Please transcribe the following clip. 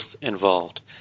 involved